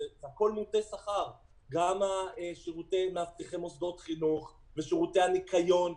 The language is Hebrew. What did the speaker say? הכול מוטה שכר גם שירותי מאבטחי מוסדות חינוך ושירותי הניקיון.